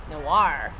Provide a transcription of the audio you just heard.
noir